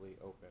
open